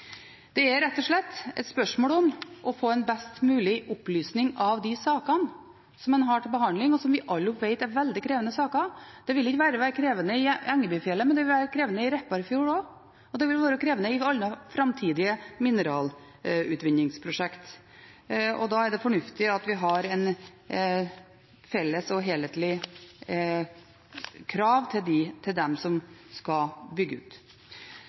Det er rett og slett et spørsmål om å få en best mulig opplysning av de sakene som en har til behandling, og som vi alle jo vet er veldig krevende saker. Det vil ikke bare være krevende i Engebøfjellet, men det vil være krevende i Repparfjorden også, og det vil være krevende i alle framtidige mineralutvinningsprosjekt. Da er det fornuftig at vi har et felles og helhetlig krav til dem som skal bygge ut.